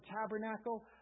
tabernacle